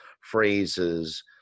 phrases